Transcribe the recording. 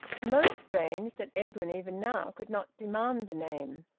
most strange that edwin even now could not demand the name.